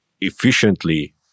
efficiently